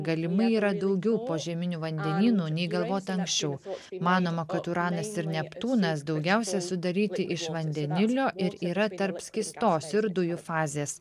galimai yra daugiau požeminių vandenynų nei galvota anksčiau manoma kad uranas ir neptūnas daugiausiai sudaryti iš vandenilio ir yra tarp skystos ir dujų fazės